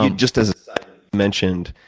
and just as i mentioned